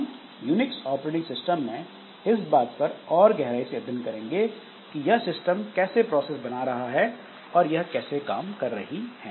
हम Unix operating system में इस बात पर और गहराई से अध्ययन करेंगे कि यह सिस्टम कैसे प्रोसेस बना रहा है और यह कैसे काम कर रही हैं